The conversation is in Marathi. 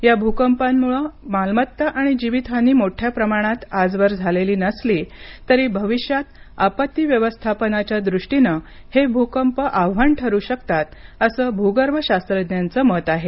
या भूकंपामुळे मालमत्ता आणि जीवित हानी मोठ्याप्रमाणात आजवर झालेली नसली तरी भविष्यात आपत्ती व्यवस्थापनाच्या दृष्टीने हे भूकंप आव्हान ठरू शकतात असं भूगर्भशास्त्रज्ञांचं मत आहे